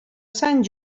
sant